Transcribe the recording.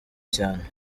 cyane